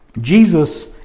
Jesus